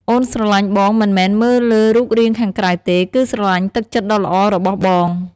អូនស្រឡាញ់បងមិនមែនមើលលើរូបរាងខាងក្រៅទេ គឺស្រឡាញ់ទឹកចិត្តដ៏ល្អរបស់បង។